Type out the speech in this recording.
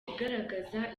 igaragaza